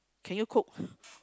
can you cook